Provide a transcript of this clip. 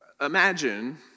Imagine